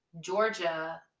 Georgia